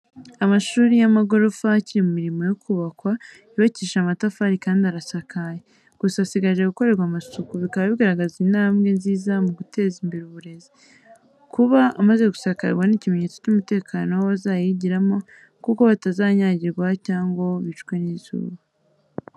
Amashuri y'amagorofa akiri mu mirimo yo kubakwa, yubakishije amatafari kandi arasakaye, gusa asigaje gukorerwa amasuku. Bikaba bigaragaza intambwe nziza mu guteza imbere uburezi. Kuba amaze gusakarwa ni ikimenyetso cy’umutekano w’abazayigiramo, kuko batazanyagirwa cyangwa ngo bicwe n'izuba.